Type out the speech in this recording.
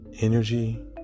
energy